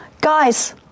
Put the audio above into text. guys